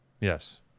Yes